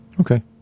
Okay